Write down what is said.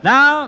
Now